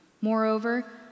Moreover